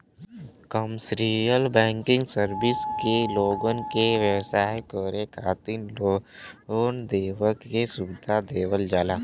commercial banking service में लोगन के व्यवसाय करे खातिर लोन देवे के सुविधा देवल जाला